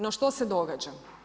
No, što se događa?